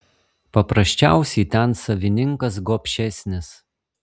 paprasčiausiai ten savininkas gobšesnis